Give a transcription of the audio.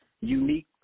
Unique